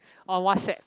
on WhatsApp